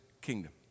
kingdom